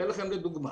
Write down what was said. לדוגמה,